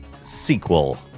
sequel